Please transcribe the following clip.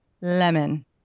lemon